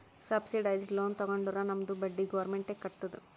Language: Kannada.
ಸಬ್ಸಿಡೈಸ್ಡ್ ಲೋನ್ ತಗೊಂಡುರ್ ನಮ್ದು ಬಡ್ಡಿ ಗೌರ್ಮೆಂಟ್ ಎ ಕಟ್ಟತ್ತುದ್